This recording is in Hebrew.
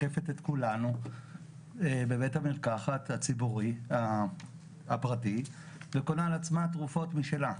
עוקפת את כולנו בבית המרקחת הפרטי וקונה לעצמה תרופות משלה.